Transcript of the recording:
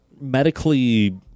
medically